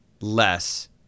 less